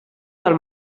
del